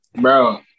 bro